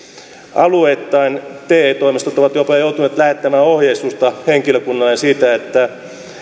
alueittain te toimistot ovat jopa joutuneet lähettämään ohjeistusta henkilökunnalle siitä